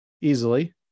easily